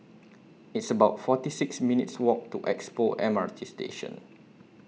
It's about forty six minutes' Walk to Expo M R T Station